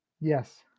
yes